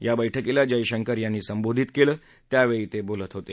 या बैठकीला जयशंकर यांनी संबोधित केलं त्यावेळी ते बोलत होते